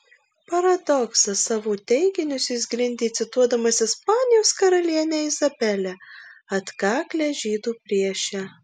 paradoksas savo teiginius jis grindė cituodamas ispanijos karalienę izabelę atkaklią žydų priešę